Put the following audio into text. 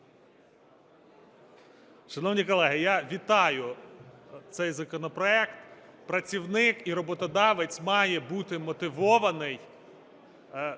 Шановні колеги, я вітаю цей законопроект. Працівник і роботодавець має бути мотивований.